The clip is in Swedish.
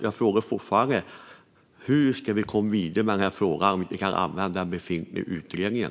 Jag frågar fortfarande: Hur ska vi komma vidare i frågan om vi inte kan använda den befintliga utredningen?